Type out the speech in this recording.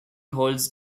holds